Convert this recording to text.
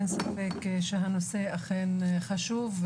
אין ספק שהנושא אכן חשוב,